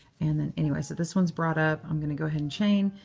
and and anyway, so this one's brought up. i'm going to go ahead and chain,